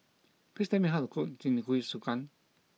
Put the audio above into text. please tell me how to cook Jingisukan